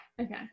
Okay